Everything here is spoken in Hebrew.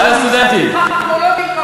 אהלן, סטודנטים,